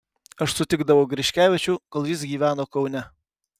aš sutikdavau griškevičių kol jis gyveno kaune